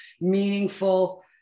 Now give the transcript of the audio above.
meaningful